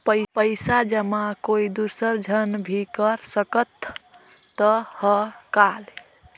पइसा जमा कोई दुसर झन भी कर सकत त ह का?